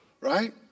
Right